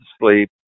sleep